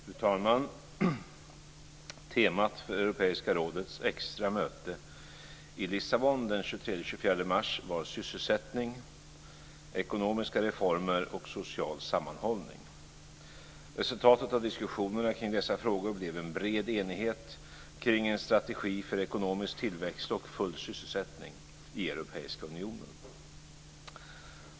Fru talman! Temat för Europeiska rådets extra möte i Lissabon den 23-24 mars var sysselsättning, ekonomiska reformer och social sammanhållning. Resultatet av diskussionerna kring dessa frågor blev en bred enighet kring en strategi för ekonomisk tillväxt och full sysselsättning i Europeiska unionen.